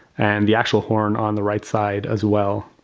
and the actual horn on the right side as well.